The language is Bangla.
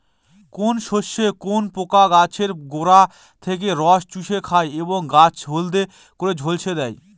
কোন শস্যে কোন পোকা গাছের গোড়া থেকে রস চুষে খায় এবং গাছ হলদে করে ঝলসে দেয়?